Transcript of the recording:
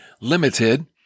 limited